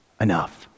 Enough